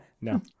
no